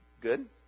good